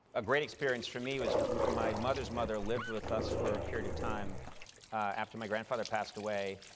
a great experience for me was my mother's mother lived with us for a period of time after my grandfather passed away.